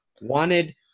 wanted